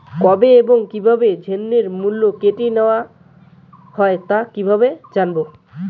কবে এবং কিভাবে ঋণের মূল্য কেটে নেওয়া হয় তা কিভাবে জানবো?